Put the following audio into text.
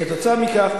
כתוצאה מכך,